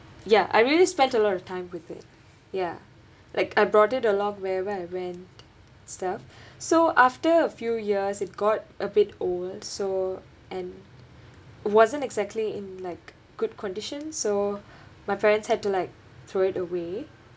ya I really spent a lot of time with it ya like I brought it a lot where where I went stuff so after a few years it got a bit old so and wasn't exactly in like good condition so my parents had to like throw it away